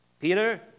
Peter